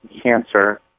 cancer